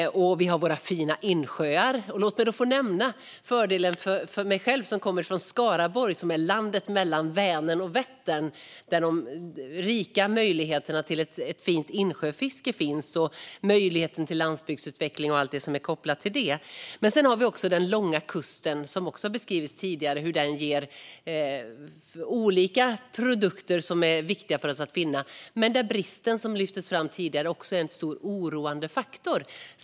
Vi har även våra fina insjöar. Låt mig få nämna fördelen för mig själv som kommer från Skaraborg, landet mellan Vänern och Vättern. Där finns rika möjligheter till ett fint insjöfiske liksom till landsbygdsutveckling med allt som är kopplat till det. Vi har också den långa kusten, som har beskrivits tidigare. Den ger olika produkter som är viktiga för oss. Men bristen, som tidigare har nämnts, är en stor oroande faktor.